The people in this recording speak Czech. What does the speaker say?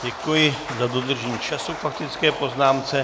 Děkuji za dodržení času k faktické poznámce.